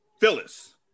Phyllis